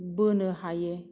बोनो हायो